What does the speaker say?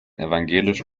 evangelisch